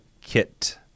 kit